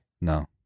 No